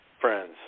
friends